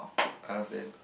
I understand